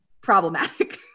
problematic